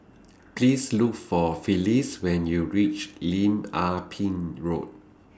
Please Look For Phyllis when YOU REACH Lim Ah Pin Road